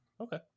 Okay